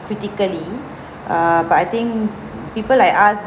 critically err but I think people like us